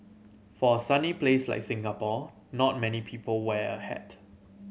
for a sunny place like Singapore not many people wear a hat